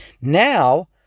Now